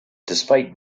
despite